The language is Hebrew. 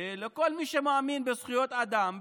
לכל מי שמאמין בזכויות אדם,